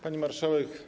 Pani Marszałek!